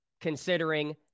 considering